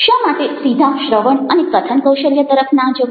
શા માટે સીધા શ્રવણ અને કથન કૌશલ્ય તરફ ના જવું